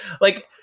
Like-